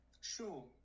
Sure